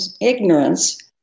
ignorance